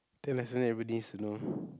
ten lessons everybody needs to know